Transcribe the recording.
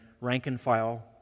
rank-and-file